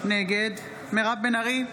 נגד מירב בן ארי,